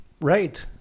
Right